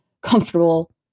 comfortable